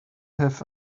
have